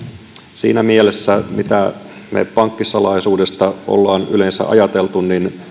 siinä mielessä mitä me pankkisalaisuudesta olemme yleensä ajatelleet